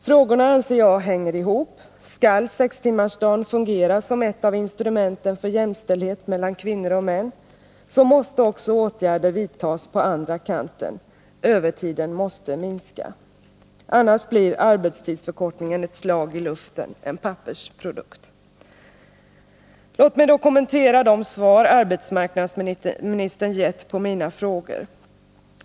Frågorna anser jag hänger ihop. Skall sextimmarsdagen fungera som ett av instrumenten för 'jämställdhet mellan kvinnor och män, så måste också åtgärder vidtas på den andra kanten — övertiden måste minska. Annars blir arbetstidsförkortningen ett slag i luften, en pappersprodukt. Låt mig kommentera de: svar arbetsmarknadsministern gett på mina Nr 37 frågor.